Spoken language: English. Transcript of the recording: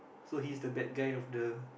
so his the bad guy of the